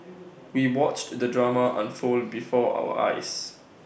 we watched the drama unfold before our eyes